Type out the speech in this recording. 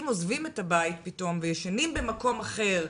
עוזבים את הבית פתאום וישנים במקום אחר,